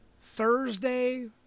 Thursday